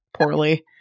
poorly